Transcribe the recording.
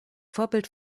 vorbild